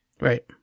Right